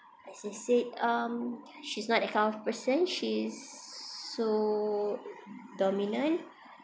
as I said um she's not that kind of person she's so dominant